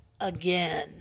again